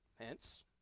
Hence